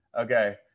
okay